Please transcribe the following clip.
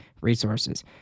resources